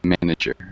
manager